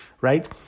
right